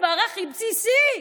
הדבר הכי בסיסי.